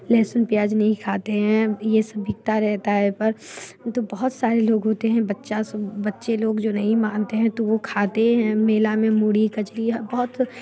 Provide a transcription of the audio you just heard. लेहसुन प्याज़ नहीं खाते हैं ये सब बिकता रहता है पर तो बहुत सारे लोग होते हैं बच्चा सो बच्चे लोग जो नहीं मानते हैं तो वो खाते हैं मेला में मूढ़ी कचरी अब बहुत